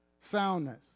soundness